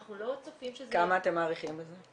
אנחנו לא צופים -- כמה אתם מעריכים בזה?